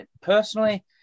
personally